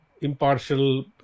impartial